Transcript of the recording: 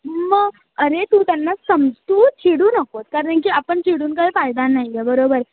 मग अरे तू त्यांना सम तू चिडू नकोस कारण की आपण चिडून काही फायदा नाही आहे बरोबर